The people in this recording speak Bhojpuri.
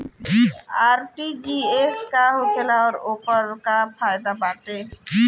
आर.टी.जी.एस का होखेला और ओकर का फाइदा बाटे?